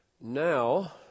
Now